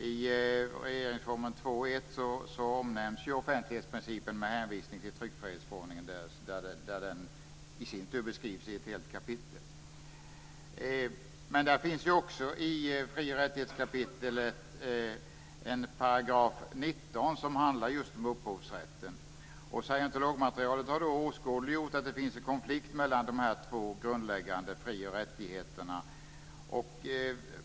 I regeringsformen 2 kap. 1 § omnämns ju offentlighetsprincipen med hänvisning till tryckfrihetsförordningen, där den i sin tur beskrivs i ett helt kapitel. Men det finns också i fri och rättighetskapitlet en paragraf med nummer 19, som handlar om just upphovsrätten. Scientologmaterialet har då åskådliggjort att det finns en konflikt mellan de här två grundläggande fri och rättigheterna.